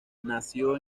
nació